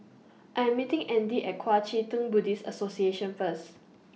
I Am meeting Andy At Kuang Chee Tng Buddhist Association First